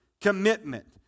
commitment